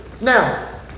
Now